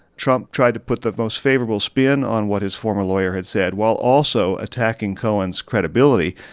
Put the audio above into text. trump tried to put the most favorable spin on what his former lawyer had said, while also attacking cohen's credibility.